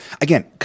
Again